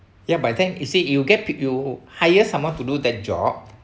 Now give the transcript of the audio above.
ya by then you see you get pick you hire someone to do that job